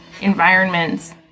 environments